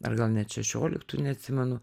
ar gal net šešioliktų neatsimenu